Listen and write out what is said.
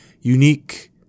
unique